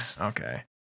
Okay